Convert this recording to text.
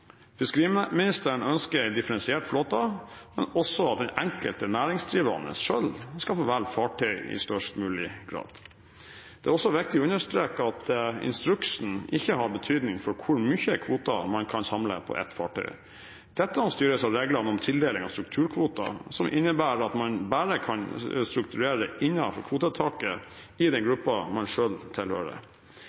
Fiskeriministeren ønsker en differensiert flåte, men også at den enkelte næringsdrivende selv skal få velge fartøy i størst mulig grad. Det er også viktig å understreke at instruksen ikke har betydning for hvor mange kvoter man kan samle på ett fartøy. Dette styres av reglene om tildeling av strukturkvoter, som innebærer at man bare kan strukturere innenfor kvotetaket i den gruppen man selv tilhører.